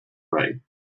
write